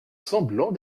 semblant